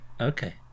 Okay